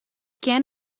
can